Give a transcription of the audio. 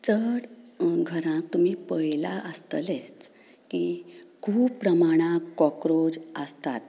चड घरां तुमी पळयल्या आसतलींच की खूब प्रमाणान काॅक्रोच आसतात